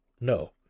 no